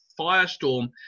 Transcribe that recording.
firestorm